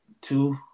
Two